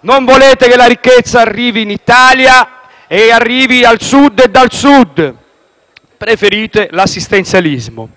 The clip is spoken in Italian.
Non volete che la ricchezza arrivi in Italia e al Sud e dal Sud; preferite l'assistenzialismo.